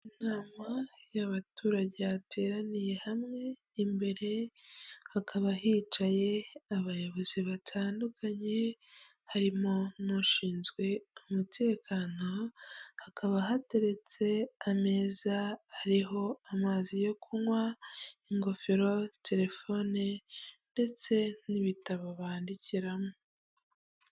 Inama y'abaturage yateraniye hamwe, imbere hakaba hicaye abayobozi batandukanye, harimo n'ushinzwe umutekano, hakaba hateretse ameza ariho amazi yo kunywa, ingofero, telefone ndetse n'ibitabo bandikiramo.